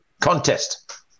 contest